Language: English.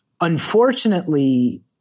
Unfortunately